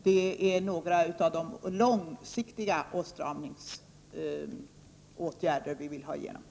Detta är några av de långsiktiga åtstramningsåtgärder som vi vill se vidtagna.